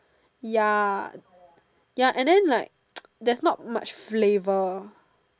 ya ya and then like there's not much flavour